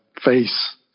face